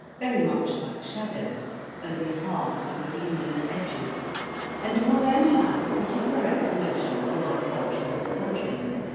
very much like shadows only hard and with luminous edges and you will then have a pretty correct notion of my country and countrymen.